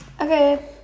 Okay